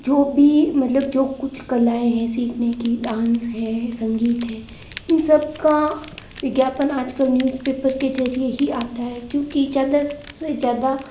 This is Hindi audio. जो भी मतलब जो कुछ कलाएँ हैं सीखने की डांस है संगीत है इन सब का विज्ञापन आज कल न्यूजपेपर के ज़रिए ही आता है क्योंकि ज़्यादा से ज़्यादा